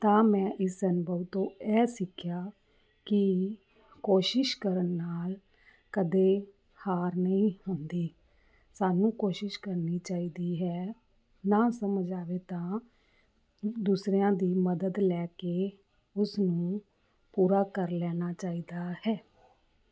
ਤਾਂ ਮੈਂ ਇਸ ਅਨੁਭਵ ਤੋਂ ਇਹ ਸਿੱਖਿਆ ਕਿ ਕੋਸ਼ਿਸ਼ ਕਰਨ ਨਾਲ ਕਦੇ ਹਾਰ ਨਹੀਂ ਹੁੰਦੀ ਸਾਨੂੰ ਕੋਸ਼ਿਸ਼ ਕਰਨੀ ਚਾਹੀਦੀ ਹੈ ਨਾ ਸਮਝ ਆਵੇ ਤਾਂ ਦੂਸਰਿਆਂ ਦੀ ਮਦਦ ਲੈ ਕੇ ਉਸ ਨੂੰ ਪੂਰਾ ਕਰ ਲੈਣਾ ਚਾਹੀਦਾ ਹੈ